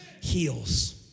heals